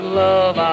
love